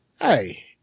hey